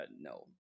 no